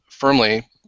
Firmly